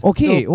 Okay